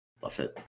Buffett